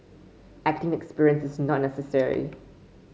acting experience is not necessary